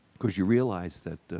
because you realize that,